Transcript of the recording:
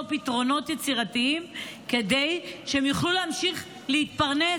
פתרונות יצירתיים כדי שהם יוכלו להמשיך להתפרנס.